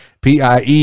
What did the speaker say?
pie